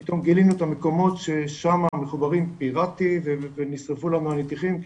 פתאום גילינו את המקומות ששמה מחוברים פירטי ונשרפו להם הנתיכים,